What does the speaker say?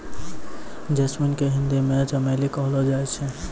jasmine के हिंदी मे चमेली कहलो जाय छै